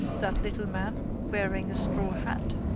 that little man, wearing a straw hat?